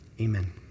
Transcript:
Amen